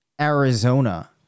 Arizona